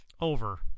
Over